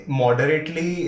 moderately